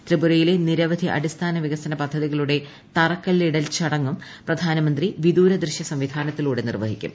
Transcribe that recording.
ത്രിപുരയിലെ നിരവധി അ്ടിസ്ഥാന വികസന പദ്ധതികളുടെ തറക്കല്ലിടൽ ചടങ്ങും പ്രധാനമന്ത്രി വിദൂര ദൃശൃസംവിധാനത്തിലൂടെ നിർവ്വഹിക്കും